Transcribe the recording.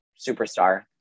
Superstar